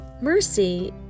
Mercy